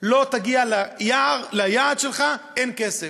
לא תגיע ליעד שלך, אין כסף.